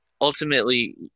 ultimately